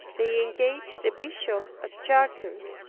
they engaged the bishop of chartres,